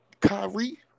Kyrie